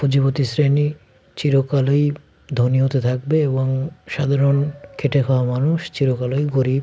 পুঁজিপতি শ্রেণী চিরকালই ধনী হতে থাকবে এবং সাধারণ খেটে খাওয়া মানুষ চিরকালোই গরিব